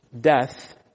death